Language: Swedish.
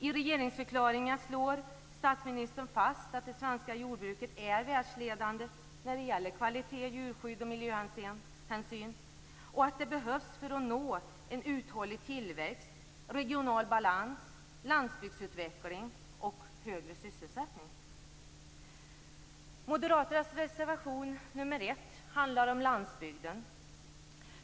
I regeringsförklaringen slår statsministern fast att det svenska jordbruket är världsledande när det gäller kvalitet, djurskydd och miljöhänsyn och att det, för att nå en uthållig tillväxt, behövs regional balans, landsbygdsutveckling och högre sysselsättning. Reservation 1 från Moderaterna handlar om landsbygden.